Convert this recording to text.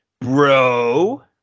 bro